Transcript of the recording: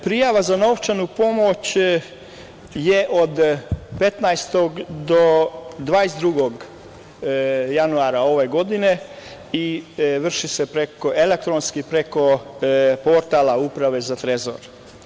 Prijava za novčanu pomoć je od 15. do 22. januara ove godine i vrši se elektronski preko portala Uprave za trezor.